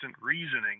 reasoning